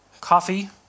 coffee